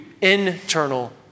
internal